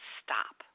stop